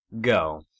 Go